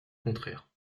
contraire